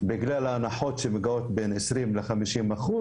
בגלל ההנחות שמגיעות בין 20 ל-50 אחוז.